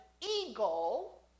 eagle